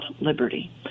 liberty